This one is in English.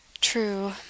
True